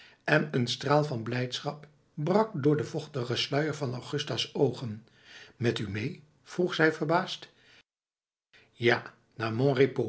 en een straal van blijdschap brak door den vochtigen sluier van augusta's oogen met u mee vroeg zij verbaasd ja